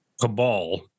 cabal